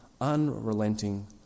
unrelenting